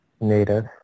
native